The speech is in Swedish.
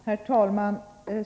Herr talman!